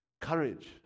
courage